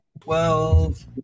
Twelve